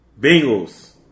Bengals